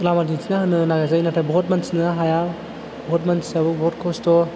लामा दिन्थिना होनो नाजायो नाथाय बहुद मानसियानो हाया बुहुत मानसियाबो बुहुत खस्थ'